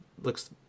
looks